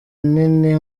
nini